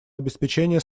обеспечения